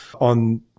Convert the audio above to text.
on